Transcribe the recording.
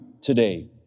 today